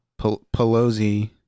Pelosi